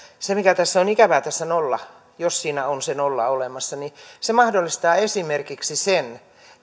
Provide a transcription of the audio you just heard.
se mikä on ikävää tässä nollassa jos siinä on se nolla olemassa on se että se mahdollistaa esimerkiksi sen